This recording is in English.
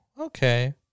okay